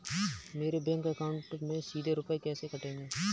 मेरे bank account से सीधे रुपए कैसे कटेंगे?